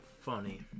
funny